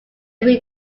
three